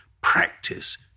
practice